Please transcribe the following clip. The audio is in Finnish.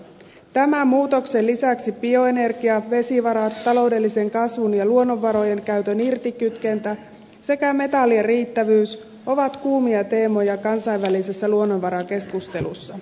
tämän muutoksen lisäksi bioenergia vesivarat taloudellisen kasvun ja luonnonvarojen käytön irtikytkentä sekä metallien riittävyys ovat kuumia teemoja kansainvälisessä luonnonvarakeskustelussa